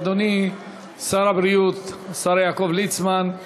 אדוני שר הבריאות יעקב ליצמן,